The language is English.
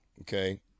okay